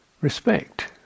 respect